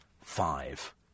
five